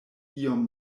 iom